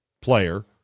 player